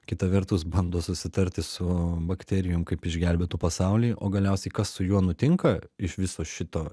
kita vertus bando susitarti su bakterijom kaip išgelbėtų pasaulį o galiausiai kas su juo nutinka iš viso šito